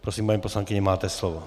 Prosím, paní poslankyně, máte slovo.